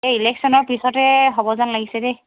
এই ইলেকশ্যনৰ পিছতে হ'ব যেন লাগিছে দেই